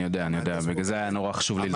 אני יודע, בגלל זה היה מאוד חשוב לי.